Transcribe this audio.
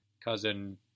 cousin